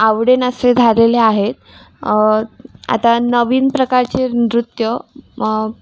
आवडेनासे झालेले आहेत आता नवीन प्रकारचे नृत्य बघून त्यांना नवीन नृत्यच आवडायला लागलेले आहेत जसे की zumba dance classical dance hip hop